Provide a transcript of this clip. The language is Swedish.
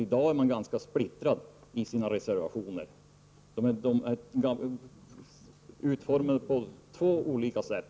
I dag är de ganska splittrade i sina reservationer, vilka är utformade på två olika sätt.